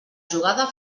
jugada